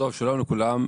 שלום לכולם.